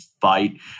fight